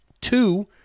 Two